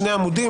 שני עמודים,